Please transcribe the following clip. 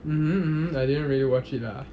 mmhmm mmhmm I didn't really watch it lah